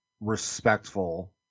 respectful